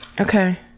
okay